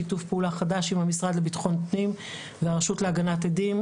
שיתוף פעולה עם המשרד לבטחון פנים והרשות להגנת עדים,